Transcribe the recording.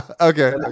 okay